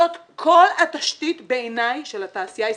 זאת כל התשתית בעיני של התעשייה הישראלית.